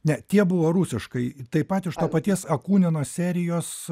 ne tie buvo rusiškai taip pat iš to paties akunino serijos